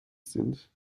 sind